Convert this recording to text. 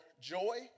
joy